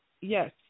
yes